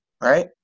right